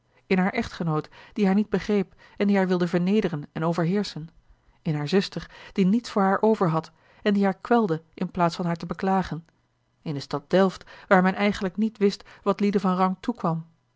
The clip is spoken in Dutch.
in haar echtgenoot die haar niet begreep en die haar wilde vernederen en overheerschen in hare zuster die niets voor haar over had en die haar kwelde in plaats van haar te beklagen in de stad delft waar men eigenlijk niet wist wat lieden van rang toekwam